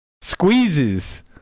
squeezes